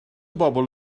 bobl